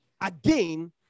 again